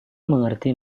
mengerti